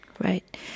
Right